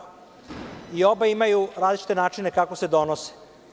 Obe imaju različite načine kako se donose.